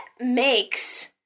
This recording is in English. makes